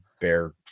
bear